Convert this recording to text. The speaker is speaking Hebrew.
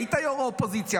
היית יו"ר האופוזיציה,